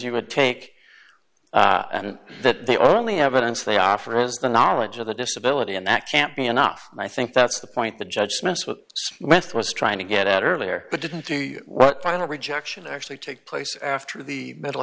you would take and that the only evidence they offer is the knowledge of the disability and that can't be enough and i think that's the point the judgments with with was trying to get out earlier but didn't the what final rejection actually take place after the mental